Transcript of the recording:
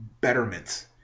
betterment